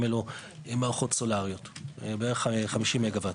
אלו מערכות סולריות בערך 50 מגה ואט.